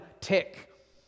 tick